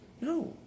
No